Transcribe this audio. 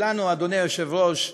אדוני היושב-ראש,